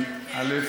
א.